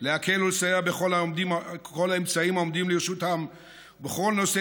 להקל ולסייע בכל האמצעים העומדים לרשותם בכל נושא